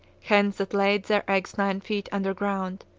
hens that laid their eggs nine feet under ground,